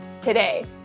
today